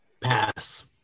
Pass